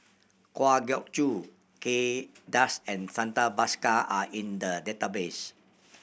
Kwa Geok Choo Kay Das and Santha Bhaskar are in the database